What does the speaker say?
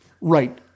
right